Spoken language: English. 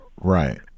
Right